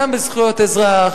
גם בזכויות אזרח,